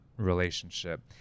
relationship